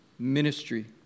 Ministry